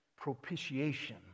propitiation